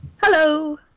Hello